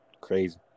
Crazy